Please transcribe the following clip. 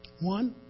One